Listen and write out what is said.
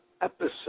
episode